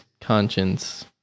conscience